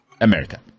America